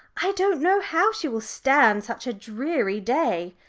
i don't know how she will stand such a dreary day.